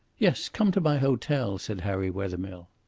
yes come to my hotel, said harry wethermill.